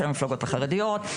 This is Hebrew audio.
של המפלגות החרדיות.